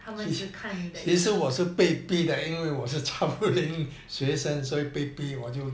他们看你的 age